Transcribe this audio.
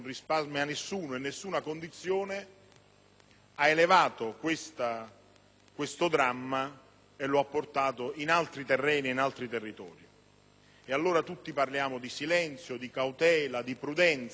ha elevato questo dramma e lo ha portato in altri terreni e in altri territori. Allora, tutti parliamo di silenzio, di cautela, di prudenza, però alla fine